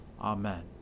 Amen